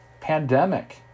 pandemic